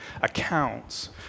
accounts